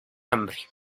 hambre